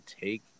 take